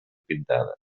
pintada